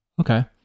Okay